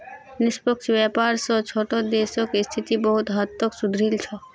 निष्पक्ष व्यापार स छोटो देशक स्थिति बहुत हद तक सुधरील छ